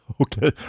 Okay